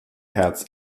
herz